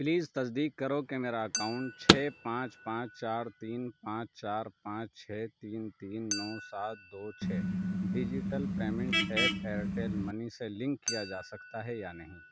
please تصدیق کرو کہ میرا اکاؤن چھ پانچ پانچ چار تین پانچ چار پانچ چھ تین تین نو سات دو چھ digital payment app Airtel money سے لینک کیا جا سکتا ہے یا نہیں